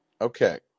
Okay